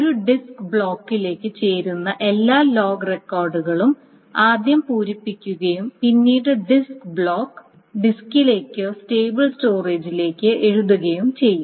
ഒരു ഡിസ്ക് ബ്ലോക്കിലേക്ക് ചേരുന്ന എല്ലാ ലോഗ് റെക്കോർഡുകളും ആദ്യം പൂരിപ്പിക്കുകയും പിന്നീട് ഡിസ്ക് ബ്ലോക്ക് ഡിസ്കിലേക്കോ സ്റ്റേബിൾ സ്റ്റോറേജിലേക്കോ എഴുതുകയും ചെയ്യും